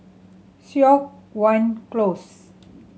Siok Wan Close